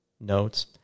notes